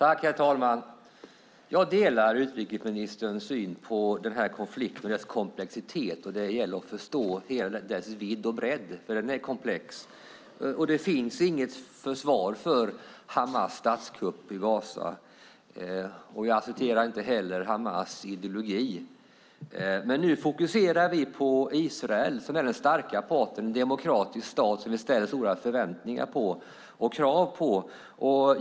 Herr talman! Jag delar utrikesministerns syn på denna konflikt och dess komplexitet. Det gäller att förstå dess vidd och bredd, för den är komplex. Det finns inget försvar för Hamas statskupp i Gaza, och jag accepterar inte heller Hamas ideologi. Nu fokuserar vi dock på Israel, som är den starka parten. Det är en demokratisk stat som vi har stora förväntningar och krav på.